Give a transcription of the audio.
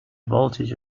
voltage